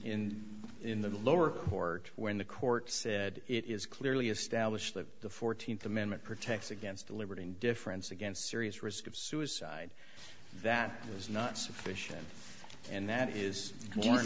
in in the lower court when the court said it is clearly established that the fourteenth amendment protects against the liberty and difference against serious risk of suicide that was not sufficient and that is